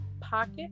Pocket